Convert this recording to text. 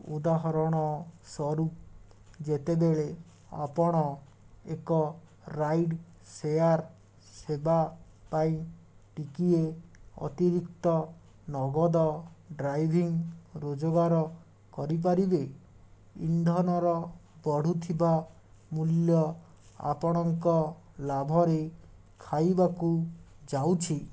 ଉଦାହରଣ ସ୍ୱରୂପ ଯେତେବେଳେ ଆପଣ ଏକ ରାଇଡ୍ ସେୟାର ସେବା ପାଇଁ ଟିକିଏ ଅତିରିକ୍ତ ନଗଦ ଡ୍ରାଇଭିଂ ରୋଜଗାର କରିପାରିବେ ଇନ୍ଧନର ବଢ଼ୁଥିବା ମୂଲ୍ୟ ଆପଣଙ୍କ ଲାଭରେ ଖାଇବାକୁ ଯାଉଛି